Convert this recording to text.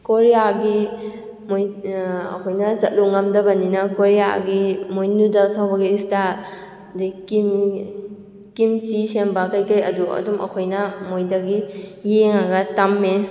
ꯀꯣꯔꯤꯌꯥꯒꯤ ꯃꯣꯏ ꯑꯩꯈꯣꯏꯅ ꯆꯠꯂꯨꯕ ꯉꯝꯗꯕꯅꯤꯅ ꯀꯣꯔꯤꯌꯥꯒꯤ ꯃꯣꯏ ꯅꯨꯗꯜꯁ ꯍꯧꯕꯒꯤ ꯏꯟꯁꯇꯥ ꯑꯗꯨꯗꯩ ꯀꯤꯝꯆꯤ ꯁꯦꯝꯕ ꯀꯩꯀꯩ ꯑꯗꯨ ꯑꯗꯨꯝ ꯑꯩꯈꯣꯏꯅ ꯃꯣꯏꯗꯒꯤ ꯌꯦꯡꯉꯒ ꯇꯝꯃꯤ